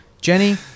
Jenny